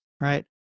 Right